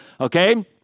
Okay